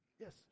Yes